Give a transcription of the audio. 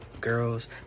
girls